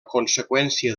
conseqüència